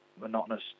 monotonous